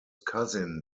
cousin